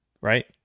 Right